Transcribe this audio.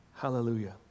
Hallelujah